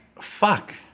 fuck